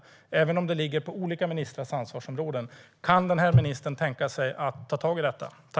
Kan ministern, även om det ligger på olika ministrars ansvarsområden, tänka sig att ta tag i detta?